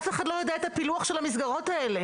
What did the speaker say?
אף אחד לא יודע את הפילוח של המסגרות האלה.